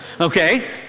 okay